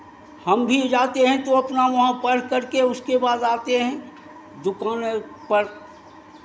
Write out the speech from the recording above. हम भी जाते हैं तो अपना वहाँ पढ़ कर के उसके बाद आते हैं दुकान है उस पर